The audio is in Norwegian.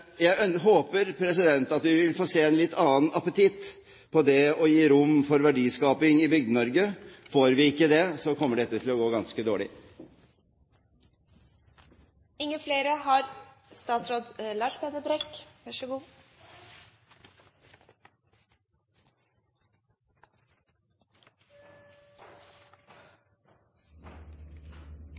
Jeg håper at vi vil få se en litt annen appetitt på det å gi rom for verdiskaping i Bygde-Norge. Får vi ikke det, kommer dette til å gå ganske dårlig.